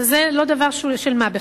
וזה לא דבר של מה בכך.